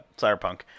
Cyberpunk